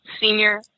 Senior